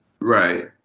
Right